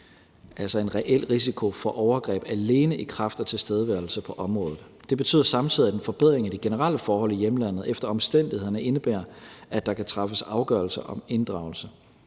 altså en reel risiko for overgreb alene i kraft af tilstedeværelse på området. Det betyder samtidig, at en forbedring er de generelle forhold i hjemlandet efter omstændighederne indebærer, at der kan træffes afgørelse om inddragelse.